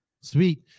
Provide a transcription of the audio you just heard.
Sweet